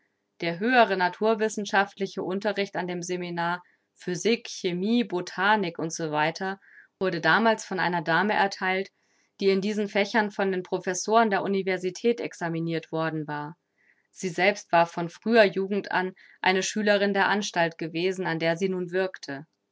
der höhere naturwissenschaftliche unterricht an dem seminar physik chemie botanik u s w wurde damals von einer dame ertheilt die in diesen fächern von den professoren der universität examinirt worden war sie selbst war von früher jugend an eine schülerin der anstalt gewesen an der sie nun wirkte